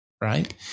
right